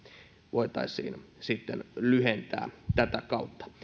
voitaisiin sitten lyhentää tätä kautta